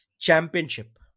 championship